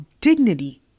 dignity